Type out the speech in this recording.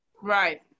Right